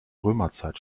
römerzeit